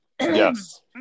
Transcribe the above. Yes